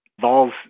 vols